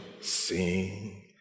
sing